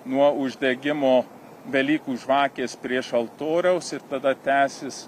nuo uždegimo velykų žvakės prieš altoriaus ir tada tęsis